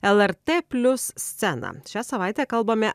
lrt plius sceną šią savaitę kalbame